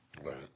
Right